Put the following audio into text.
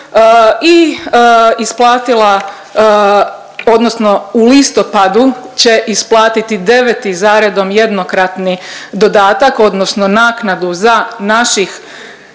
i isplatila odnosno u listopadu će isplatiti deveti zaredom jednokratni dodatak odnosno naknadu za naših